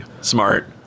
Smart